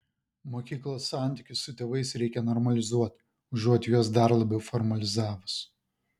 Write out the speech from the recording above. mokyklos santykius su tėvais reikia normalizuoti užuot juos dar labiau formalizavus